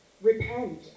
Repent